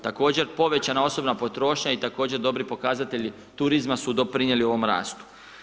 Također povećana osobna potrošnja i također dobri pokazatelji turizma su doprinijeli ovom rastu.